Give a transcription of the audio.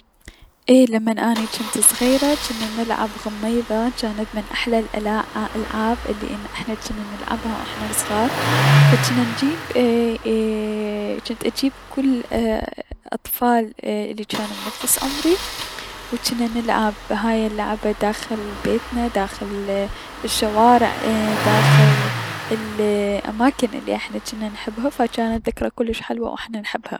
اي لمن اني جنت صغيرة جنت العب غميظة جانت من احلى الا الألعاب الي احنا جنا نلعبها و جنا صغار، فجنا نجيب ايي- جنت اجيب كل الأطفال الي جانو بنفس عمري و جنا نلعب هاي اللعبة داخل بيتنا داخل الشوارع داخل ال الأماكن الي احنا جنا نحبها فجانت ذكرى كلش حلوة و احنا نحبها.